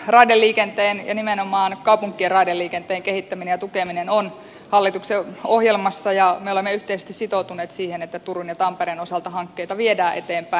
raideliikenteen ja nimenomaan kaupunkien raideliikenteen kehittäminen ja tukeminen on hallituksen ohjelmassa ja me olemme yhteisesti sitoutuneet siihen että turun ja tampereen osalta hankkeita viedään eteenpäin